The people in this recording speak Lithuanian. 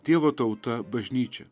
dievo tauta bažnyčia